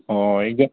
ꯑꯣ